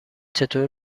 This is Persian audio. چطور